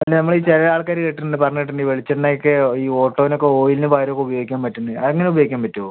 അല്ല നമ്മൾ ഈ ചില ആൾക്കാര് കേട്ടിട്ടുണ്ട് പറഞ്ഞ കേട്ടിട്ടുണ്ട് ഈ വെളിച്ചെണ്ണ ഒക്കെ ഈ ഓട്ടോന് ഒക്ക ഈ ഓയിലിന് പകരം ഉപയോഗിക്കാൻ പറ്റുന്ന് അങ്ങന ഉപയോഗിക്കാൻ പറ്റോ